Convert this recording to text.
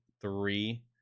three